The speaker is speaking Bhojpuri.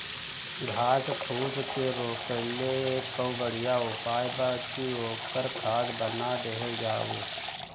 घास फूस के रोकले कअ बढ़िया उपाय बा कि ओकर खाद बना देहल जाओ